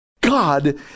God